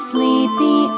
Sleepy